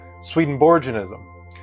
Swedenborgianism